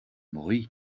bruit